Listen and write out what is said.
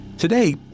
Today